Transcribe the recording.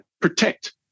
protect